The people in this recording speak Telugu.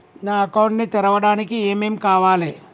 నా అకౌంట్ ని తెరవడానికి ఏం ఏం కావాలే?